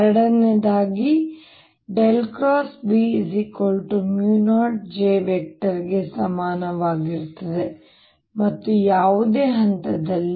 ಎರಡನೆಯದಾಗಿ B0j ಗೆ ಸಮಾನವಾಗಿರುತ್ತದೆ ಮತ್ತು ಯಾವುದೇ ಹಂತದಲ್ಲಿ